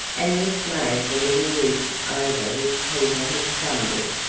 and this made the little ridge over which peter had stumbled.